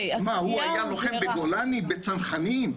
מה הוא היה לוחם בגולני, בצנחנים?